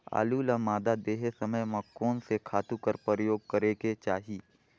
आलू ल मादा देहे समय म कोन से खातु कर प्रयोग करेके चाही?